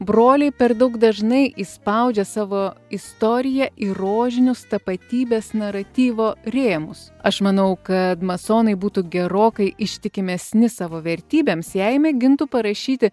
broliai per daug dažnai įspaudžia savo istoriją į rožinius tapatybės naratyvo rėmus aš manau kad masonai būtų gerokai ištikimesni savo vertybėms jei mėgintų parašyti